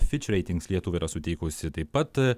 fitch ratings lietuvai yra suteikusi taip pat